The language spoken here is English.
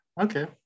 Okay